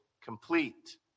complete